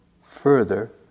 further